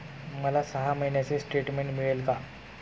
मला सहा महिन्यांचे स्टेटमेंट मिळेल का?